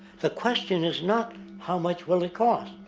the question is not how much will it cost.